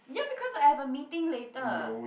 ya because I have a meeting later